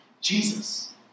Jesus